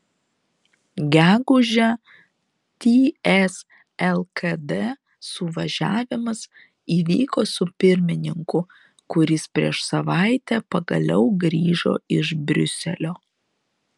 gegužę ts lkd suvažiavimas įvyko su pirmininku kuris prieš savaitę pagaliau grįžo iš briuselio